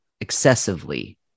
excessively